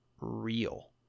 real